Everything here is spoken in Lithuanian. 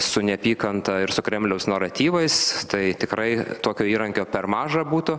su neapykanta ir su kremliaus naratyvais tai tikrai tokio įrankio per maža būtų